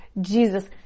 Jesus